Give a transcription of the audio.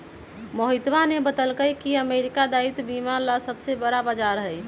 मोहितवा ने बतल कई की अमेरिका दायित्व बीमा ला सबसे बड़ा बाजार हई